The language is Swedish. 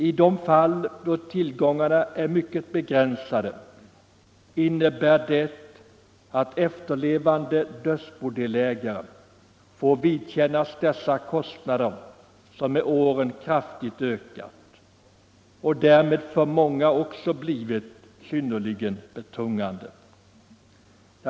I de fall då tillgångarna är mycket begränsade innebär det att efterlevande dödsbodelägare får vidkännas dessa kostnader, som med åren kraftigt ökat och därmed blivit synnerligen betungande för många.